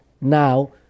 now